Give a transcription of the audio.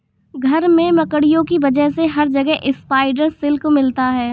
घर में मकड़ियों की वजह से हर जगह स्पाइडर सिल्क मिलता है